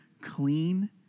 clean